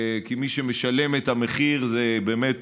כי מי שמשלם את המחיר זה באמת